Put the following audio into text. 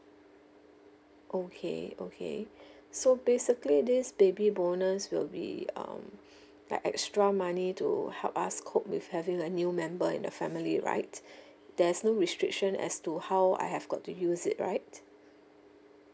okay okay so basically this baby bonus will be um like extra money to help us cope with having a new member in the family right there's no restriction as to how I have got to use it right